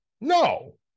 No